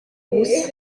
ubusa